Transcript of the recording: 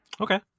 Okay